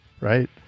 Right